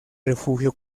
refugio